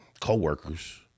co-workers